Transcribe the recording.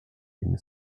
being